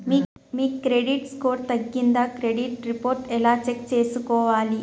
మీ credit score తగ్గిందా credit report ఎలా check చేసుకోవాలి?